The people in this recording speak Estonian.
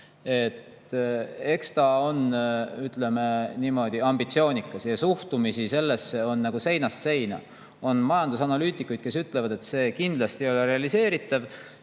on, ütleme niimoodi, ambitsioonikas ja suhtumisi sellesse on seinast seina. On majandusanalüütikuid, kes ütlevad, et see kindlasti ei ole realiseeritav,